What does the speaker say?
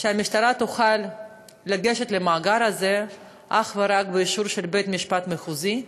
היא שהמשטרה תוכל לגשת למאגר הזה אך ורק באישור בית-משפט מחוזי,